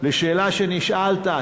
על שאלה שנשאלת,